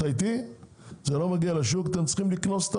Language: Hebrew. אתם צריכים לקנוס את